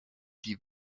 die